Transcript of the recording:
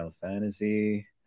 fantasy